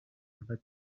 other